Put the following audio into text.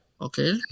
Okay